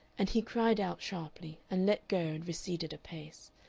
and he cried out sharply and let go and receded a pace.